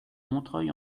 montreuil